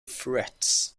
frets